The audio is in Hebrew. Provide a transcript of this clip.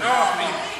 לא, הוא הוריד.